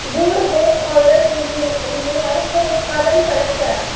good home odour रिमू remover हे उत्पादन परत करा